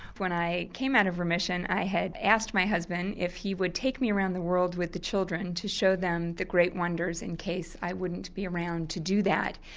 when i came out of remission i had asked my husband if he would take me around the world with the children to show them the great wonders in case i wouldn't be around to do that.